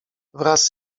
wraz